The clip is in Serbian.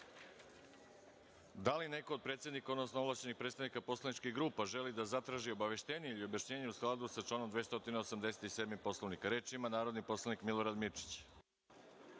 li neko od predsednika, odnosno ovlašćenih predstavnika poslaničkih grupa želi da zatraži obaveštenje ili objašnjenje u skladu sa članom 287. Poslovnika? Reč ima narodni poslanik Milorad Mirčić.